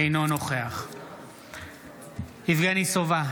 אינו נוכח יבגני סובה,